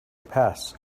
pass